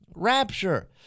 rapture